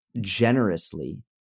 generously